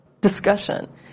discussion